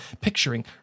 picturing